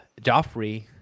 Joffrey